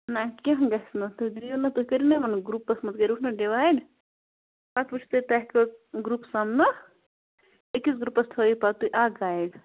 نہ کیٚنہہ گژھِ نہٕ تُہۍ دِیِو نا تُہۍ کٔرِو نا یِمَن گرُپَس منٛز کٔرۍوُکھ نا ڈِوایِڈ پتہٕ وٕچھُو تُہۍ تۄہہِ کٔژ گرُپ سَمنو أکِس گرُپَس تھٲیِو پَتہٕ تُہۍ اَکھ گایِڈ